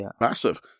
massive